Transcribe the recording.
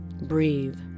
Breathe